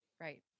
Right